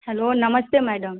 hello नमस्ते madam